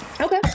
Okay